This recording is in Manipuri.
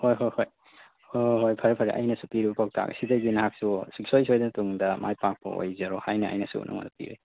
ꯍꯣꯏ ꯍꯣꯏ ꯍꯣꯏ ꯍꯣꯏ ꯍꯣꯏ ꯍꯣꯏ ꯐꯔꯦ ꯐꯔꯦ ꯑꯩꯅꯁꯨ ꯄꯤꯔꯤꯕ ꯄꯥꯎꯇꯥꯛ ꯑꯁꯤꯗꯒꯤ ꯅꯍꯥꯛꯁꯨ ꯁꯨꯡꯁꯣꯏ ꯁꯣꯏꯗꯅ ꯇꯨꯡꯗ ꯃꯥꯏ ꯄꯥꯛꯄ ꯑꯣꯏꯖꯔꯣ ꯍꯥꯏꯅ ꯑꯩꯅꯁꯨ ꯅꯪꯉꯣꯟꯗ ꯄꯤꯔꯦ